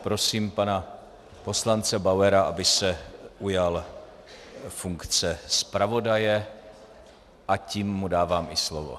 Prosím pana poslance Bauera, aby se ujal funkce zpravodaje, a tím mu dávám i slovo.